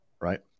right